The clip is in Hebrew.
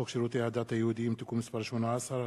שירותי הדת היהודיים (תיקון מס' 18),